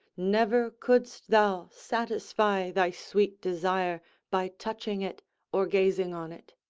never couldst thou satisfy thy sweet desire by touching it or gazing on it.